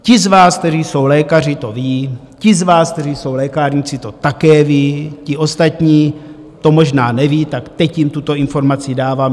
Ti z vás, kteří jsou lékaři, to vědí, ti z vás, kteří jsou lékárníci, to také vědí, ti ostatní to možná nevědí, tak teď jim tuto informaci dávám.